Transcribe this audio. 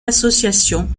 associations